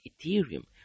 ethereum